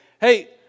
hey